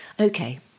Okay